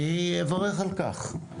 אני אברך על כך,